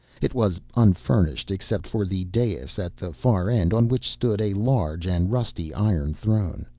it was unfurnished except for the dais at the far end on which stood a large and rusty iron throne.